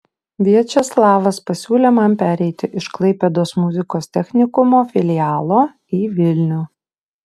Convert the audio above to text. viačeslavas pasiūlė man pereiti iš klaipėdos muzikos technikumo filialo į vilnių